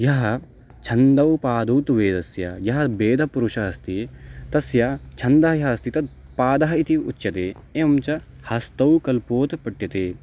यः छन्दौ पादौ तु वेदस्य यः वेदपुरुषः अस्ति तस्य छन्दः यः अस्ति तत् पादः इति उच्यते एवं च हस्तौ कल्पोथ पठ्यते